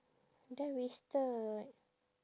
then wasted